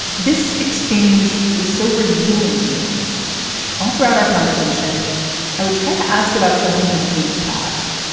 this exchange was so revealing to me all throughout our conversation i would try to ask about something from katie's past.